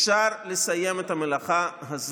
במאמץ של כולנו ביחד אפשר לסיים את המלאכה הזאת